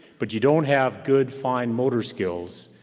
but you don't have good fine motor skills,